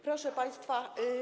Proszę państwa.